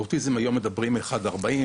באוטיזם היום מדברים על מקרה אחד לארבעים,